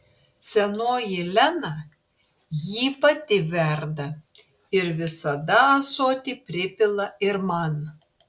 senoji lena jį pati verda ir visada ąsotį pripila ir man